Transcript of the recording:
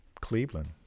Cleveland